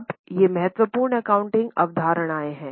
अब ये महत्वपूर्ण एकाउंटिंग अवधारणाएं हैं